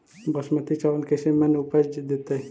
बासमती चावल कैसे मन उपज देतै?